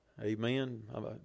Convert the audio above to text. Amen